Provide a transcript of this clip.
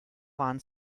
waren